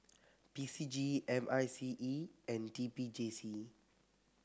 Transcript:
P C G M I C E and T P J C